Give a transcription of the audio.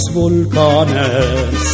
volcanes